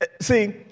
See